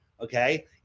Okay